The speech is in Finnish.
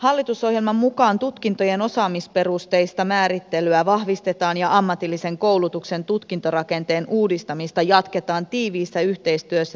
hallitusohjelman mukaan tutkintojen osaamisperusteista määrittelyä vahvistetaan ja ammatillisen koulutuksen tutkintorakenteen uudistamista jatketaan tiiviissä yhteistyössä työelämän kanssa